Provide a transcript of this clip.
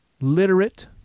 literate